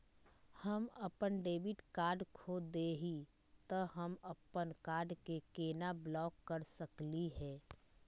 हम अपन debit card खो दे ही, त हम अप्पन कार्ड के केना ब्लॉक कर सकली हे?